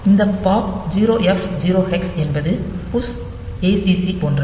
இந்த pop 0 f 0 hex என்பது push acc போன்றது